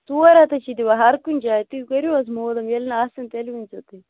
ژور ہتھ حَظ چھِ دِوان ہر کُنہِ جایہِ تُہۍ کٔرِو حَظ معلوٗم ییٚلہِ نہٕ آسن تیٚلہِ ؤنۍ زیو تُہۍ